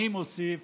אני מוסיף